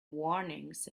warnings